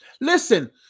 Listen